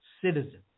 citizen